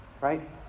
Right